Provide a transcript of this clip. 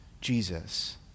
Jesus